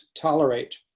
tolerate